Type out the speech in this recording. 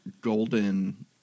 golden